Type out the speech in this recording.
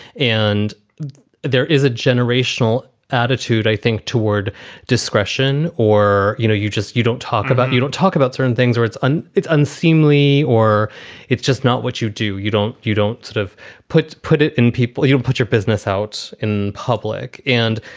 and there is a generational attitude, i think, toward discretion. or, you know, you just you don't talk about you don't talk about certain things or it's and it's unseemly or it's just not what you do. you don't you don't sort of put put it in people. you don't put your business out in public. and.